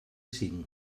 cinc